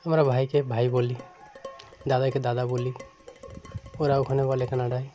আমরা ভাইকে ভাই বলি দাদাইকে দাদা বলি ওরা ওখানে বলে খেনাড়াই